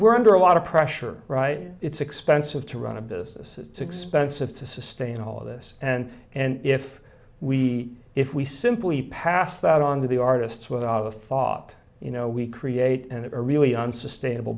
we're under a lot of pressure right it's expensive to run a business to expensive to sustain all of this and and if we if we simply pass that on to the artists without a thought you know we create and a really unsustainable